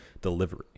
delivery